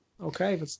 okay